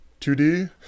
2d